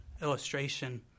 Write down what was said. illustration